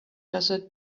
passage